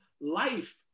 life